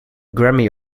grammy